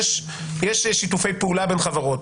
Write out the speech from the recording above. יש שיתופי פעולה בין חברות,